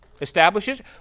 establishes